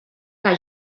que